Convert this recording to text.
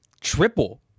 triple